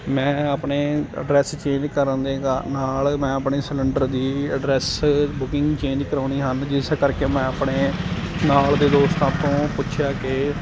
ਮੈਂ ਆਪਣੇ address change ਕਰਨ ਦੇ ਨਾਲ ਮੈਂ ਆਪਣੇ ਸਿਲਿੰਡਰ ਦੀ ਐਡਰੈਸ ਬੁਕਿੰਗ ਚੇਂਜ ਕਰਵਾਉਣੀ ਹਨ ਜਿਸ ਕਰਕੇ ਮੈਂ ਆਪਣੇ ਨਾਲ ਦੇ ਦੋਸਤਾਂ ਤੋਂ ਪੁੱਛਿਆ ਕਿ